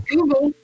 Google